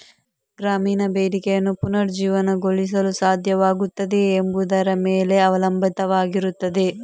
ಗ್ರಾಮೀಣ ಬೇಡಿಕೆಯನ್ನು ಪುನರುಜ್ಜೀವನಗೊಳಿಸಲು ಸಾಧ್ಯವಾಗುತ್ತದೆಯೇ ಎಂಬುದರ ಮೇಲೆ ಅವಲಂಬಿತವಾಗಿರುತ್ತದೆ